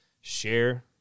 share